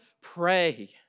pray